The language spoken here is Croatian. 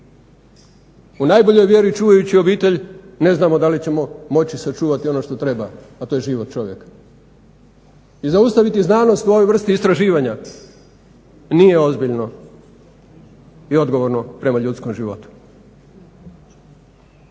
U najboljoj vjeri čuvajući obitelj ne znamo da li ćemo moći sačuvati ono što treba, a to je život čovjeka. I zaustaviti znanost u ovoj vrsti istraživanja nije ozbiljno i odgovorno prema ljudskom životu.